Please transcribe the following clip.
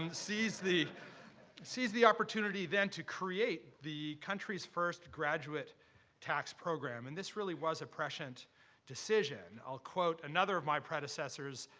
um seized the seized the opportunity then to create the country's first graduate tax program. and this really was a prescient decision. i'll quote another of my predecessors,